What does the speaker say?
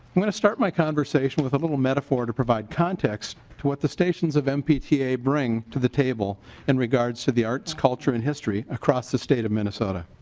going to start my conversation with little metaphor to provide context to the stations of mbta bring to the table in regard to the arts culture and history across the state of minnesota.